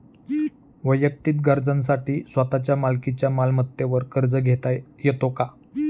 वैयक्तिक गरजांसाठी स्वतःच्या मालकीच्या मालमत्तेवर कर्ज घेता येतो का?